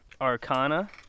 arcana